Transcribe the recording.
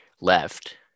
left